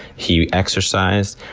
he exercised,